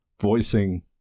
voicing